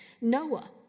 Noah